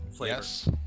Yes